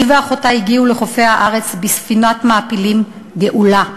היא ואחותה הגיעו לחופי הארץ בספינת המעפילים "גאולה"